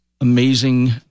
amazing